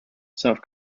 south